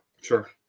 Sure